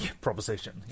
proposition